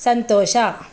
ಸಂತೋಷ